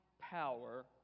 power